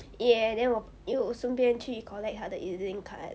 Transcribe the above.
ya then 我又顺便去 collect 他的 E_Z link card